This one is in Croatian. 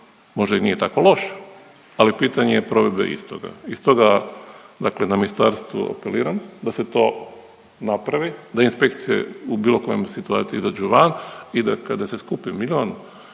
možda i nije tako loš, ali je pitanje provede istoga i stoga dakle na Ministarstvo apeliram da se to napravi, da inspekcije u bilo kojem situaciji izađu van i da kada se skupi milijun